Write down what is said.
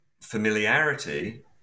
familiarity